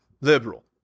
liberal